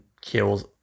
kills